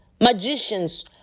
magicians